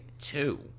two